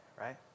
right